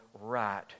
right